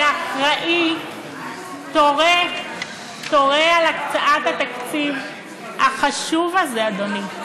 כאחראי, תורה על הקצאת התקציב החשוב הזה, אדוני.